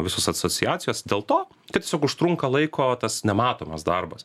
visos asociacijos dėl to tai tiesiog užtrunka laiko tas nematomas darbas